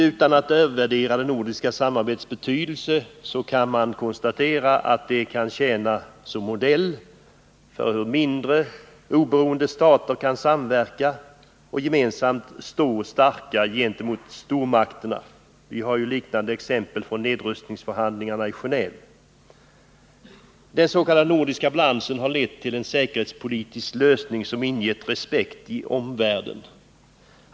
Utan att övervärdera det nordiska samarbetets betydelse, kan man konstatera att det kan tjäna som modell för hur mindre, oberoende stater kan samverka och gemensamt stå starka gentemot stormakterna. Vi har liknande exempel från nedrustningsförhandlingarna i Geneve. Den s.k. nordiska balansen har lett till en säkerhetspolitisk lösning som ingett respekt i omvärlden.